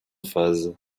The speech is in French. phases